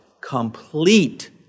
Complete